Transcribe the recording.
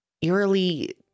eerily